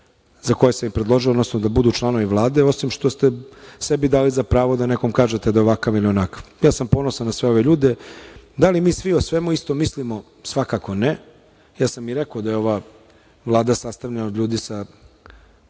za koje sam ih predložio, odnosno da budu članovi Vlade, osim što ste sebi dali za pravo da nekom kažete da je ovakav ili onakav. Ja sam ponosan na sve ove ljude. Da li mi svi o svemu isto mislimo, svakako ne. Ja sam i rekao da je ova Vlada sastavljena od ljudi sa